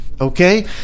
Okay